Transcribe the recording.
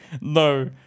No